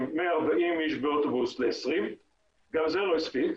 מ-40 איש באוטובוס ל-.20 גם זה לא הספיק,